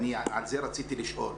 ועל זה אני רציתי לשאול,